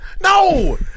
No